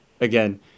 again